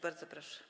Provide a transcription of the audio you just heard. Bardzo proszę.